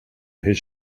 his